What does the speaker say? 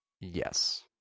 Yes